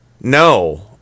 no